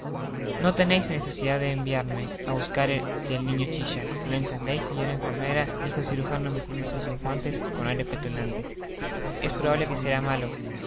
no teneis necesidad de enviarme á buscar si el niño chilla lo entendeis señora enfermera dijo el cirujano metiéndose sus guantes con aire petulante es probable que será malo